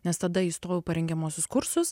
nes tada įstojau parengiamuosius kursus